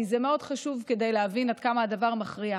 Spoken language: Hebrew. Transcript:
כי זה מאוד חשוב להבין עד כמה הדבר מכריע.